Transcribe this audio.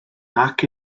nac